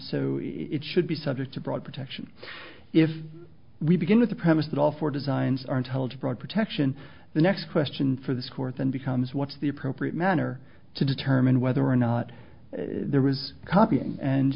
so it should be subject to broad protection if we begin with the premise that all four designs are intelligent broad protection the next question for this court then becomes what's the appropriate manner to determine whether or not there was copying and